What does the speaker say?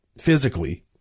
physically